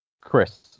Chris